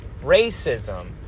racism